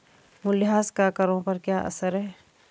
मूल्यह्रास का करों पर क्या असर है?